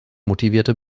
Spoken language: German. motivierte